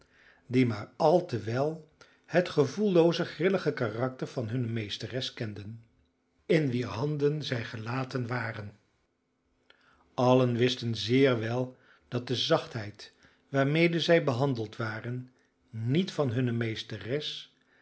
die maar al te wel het gevoellooze grillige karakter van hunne meesteres kenden in wier handen zij gelaten waren allen wisten zeer wel dat de zachtheid waarmede zij behandeld waren niet van hunne meesteres